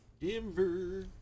denver